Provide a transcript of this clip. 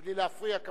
בלי להפריע,